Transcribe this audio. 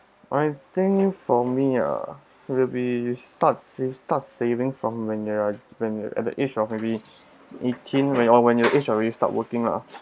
I think for me ah will be start save start saving from when they're when at the age of maybe eighteen when or when your age already start working lah